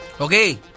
Okay